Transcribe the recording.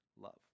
love